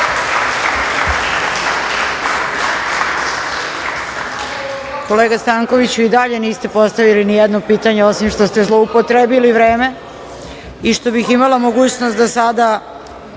Kolega Stankoviću, i dalje niste postavili ni jedno pitanje, osim što ste zloupotrebili vreme i što bih imala mogućnost da sada,